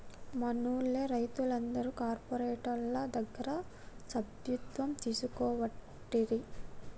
మనూళ్లె రైతులందరు కార్పోరేటోళ్ల దగ్గర సభ్యత్వం తీసుకోవట్టిరి